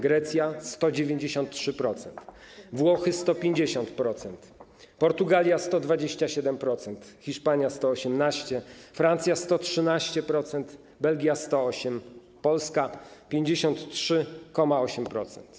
Grecja - 193%, Włochy - 150%, Portugalia - 127%, Hiszpania - 118%, Francja - 113%, Belgia - 108%, Polska - 53,8%.